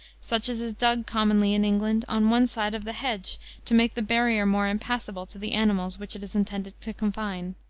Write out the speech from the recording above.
such as is dug commonly, in england, on one side of the hedge to make the barrier more impassable to the animals which it is intended to confine.